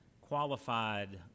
qualified